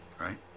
Right